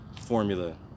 formula